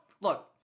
look